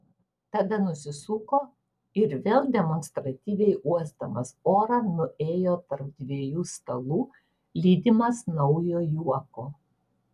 tada nusisuko ir vėl demonstratyviai uosdamas orą nuėjo tarp dviejų stalų lydimas naujo juoko